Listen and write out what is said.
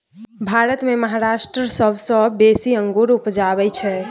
भारत मे महाराष्ट्र सबसँ बेसी अंगुर उपजाबै छै